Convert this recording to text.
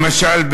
למשל,